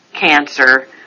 cancer